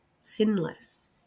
Sinless